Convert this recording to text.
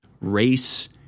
race